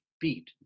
beat